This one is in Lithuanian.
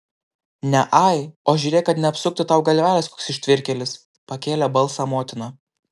ne ai o žiūrėk kad neapsuktų tau galvelės koks ištvirkėlis pakėlė balsą motina